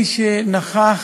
מי שנכח